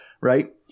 right